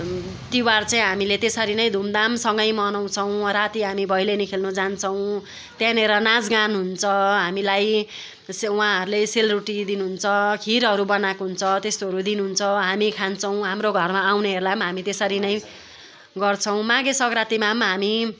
तिहार चाहिँ हामीले त्यसरी नै धुमधामसँगै मनाउँछौँ राति हामी भैलेनी खेल्न जान्छौँ त्यहाँनेर नाच गान हुन्छ हामीलाई उहाँहरूले सेलरोटी दिनुहुन्छ खिरहरू बनाएको हुन्छ त्यस्तोहरू दिनुहुन्छ हामी खान्छौँ हाम्रो घरमा आउनेहरूलाई पनि हामी त्यसरी नै गर्छौँ माघे सँग्रातीमा पनि हामी